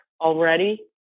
already